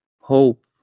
hope